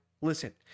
Listen